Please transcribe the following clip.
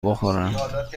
بخورم